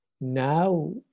Now